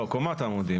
לא, קומת עמודים.